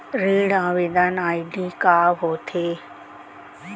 ऋण आवेदन आई.डी का होत हे?